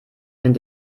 sind